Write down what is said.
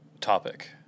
topic